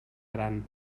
gran